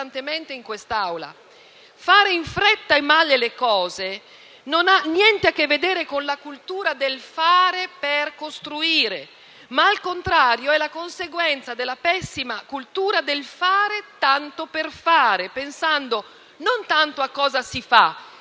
Fare in fretta e male le cose non ha niente a che vedere con la cultura del fare per costruire, ma - al contrario - è la conseguenza della pessima cultura del fare tanto per fare, pensando non tanto a cosa si fa - scusate il